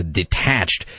detached